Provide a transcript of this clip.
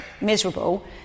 miserable